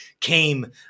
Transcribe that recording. came